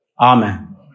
Amen